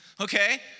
okay